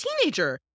teenager